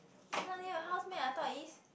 isn't near your house meh I thought is